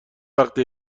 وقتی